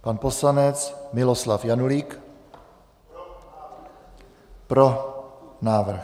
Pan poslanec Miloslav Janulík: Pro návrh.